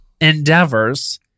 endeavors